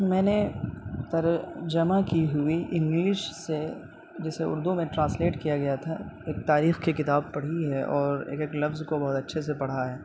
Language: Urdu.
میں نے ترجمہ کی ہوئی انگلیش سے جسے اردو میں ٹرانسلیٹ کیا گیا تھا ایک تاریخ کی کتاب پڑھی ہے اور ایک ایک لفظ کو بہت اچھے سے پڑھا ہے